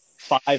five